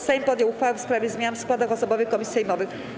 Sejm podjął uchwałę w sprawie zmian w składach osobowych komisji sejmowych.